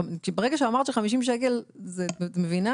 ברגע שאמרת ש-50 שקל את מבינה